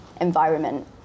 environment